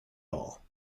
all